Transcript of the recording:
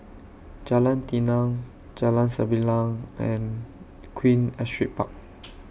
Jalan Tenang Jalan Sembilang and Queen Astrid Park